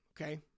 Okay